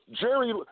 Jerry